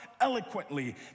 eloquently